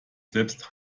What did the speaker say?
selbst